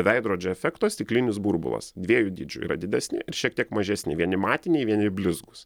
veidrodžio efekto stiklinis burbulas dviejų dydžių yra didesni ir šiek tiek mažesni vieni matiniai vieni blizgūs